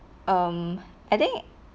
um I think